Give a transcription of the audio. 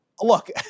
Look